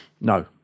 no